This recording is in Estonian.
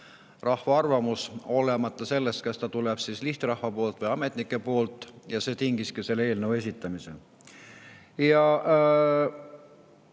Rahva arvamus, olenemata sellest, kas see tuleb lihtrahva poolt või ametnike poolt. Ja see tingiski selle eelnõu esitamise. Selle